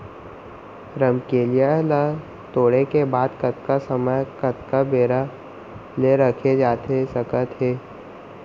रमकेरिया ला तोड़े के बाद कतका समय कतका बेरा ले रखे जाथे सकत हे?